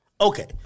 Okay